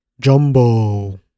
Jumbo